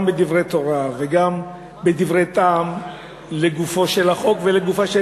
גם בדברי תורה וגם בדברי טעם לגופו של החוק ולגופה של